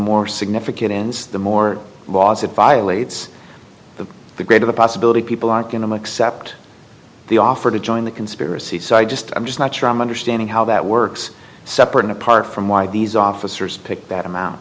more significant in the more laws it violates the greater the possibility people are going to accept the offer to join the conspiracy so i just i'm just not sure i'm understanding how that works separate and apart from why these officers pick that amount